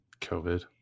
COVID